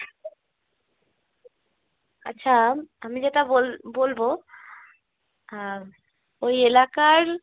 আচ্ছা আমি যেটা বল বলবো ওই এলাকার